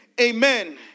amen